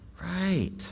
Right